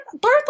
birth